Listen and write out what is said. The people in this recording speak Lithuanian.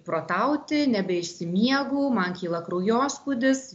protauti nebeišsimiegu man kyla kraujospūdis